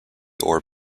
ore